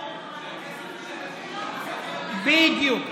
הגשנו הצעת חוק, בדיוק.